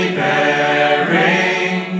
bearing